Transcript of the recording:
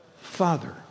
Father